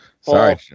sorry